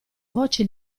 voce